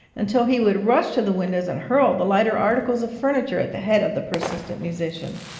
until he would rush to the windows and hurl the lighter articles of furniture at the head of the persistent musician,